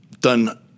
done